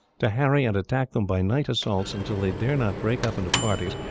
to harry and attack them by night assaults until they dare not break up into parties,